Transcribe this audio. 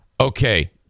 Okay